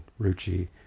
ruchi